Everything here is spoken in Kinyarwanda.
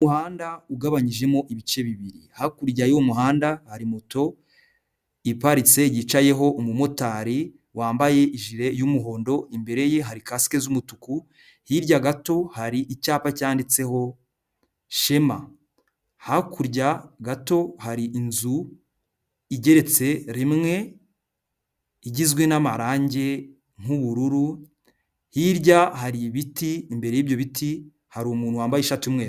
Umuhanda ugabanyijemo ibice bibiri. Hakurya y'uwo muhanda hari moto iparitse yicayeho umumotari wambaye ijire y'umuhondo. Imbere ye hari kasike z'umutuku. Hirya gato hari icyapa cyanditseho Shema. Hakurya gato hari inzu igeretse rimwe igizwe n'amarangi nk'ubururu. Hirya hari ibiti, imbere y'ibyo biti hari umuntu wambaye ishati y'umweru.